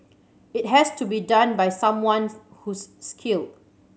it has to be done by someone's who's skilled